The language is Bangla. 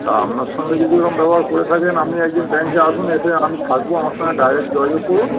তা আপনার সঙ্গে যদি ওরকম ব্যবহার করে থাকে আপনি একদিন ব্যাংকে আসুন এসে আমি থাকব আমার সঙ্গে ডাইরেক্ট যোগাযোগ করুন